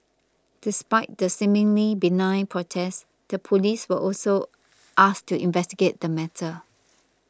despite the seemingly benign protest the police were also asked to investigate the matter